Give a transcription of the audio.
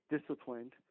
disciplined